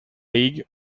league